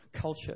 culture